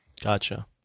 gotcha